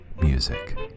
music